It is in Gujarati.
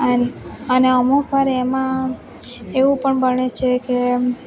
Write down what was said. અને અને અમુક વાર એમાં એવું પણ બને છે કે એમ